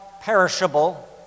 perishable